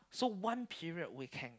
so one period we can